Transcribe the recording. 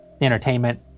entertainment